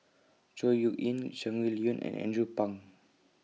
Chor Yeok Eng Shangguan Liuyun and Andrew Phang